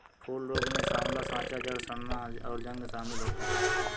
फूल रोग में साँवला साँचा, जड़ सड़ना, और जंग शमिल होता है